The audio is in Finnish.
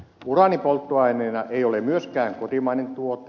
uraani polttoaineena ei ole myöskään kotimainen tuote